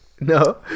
no